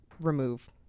Remove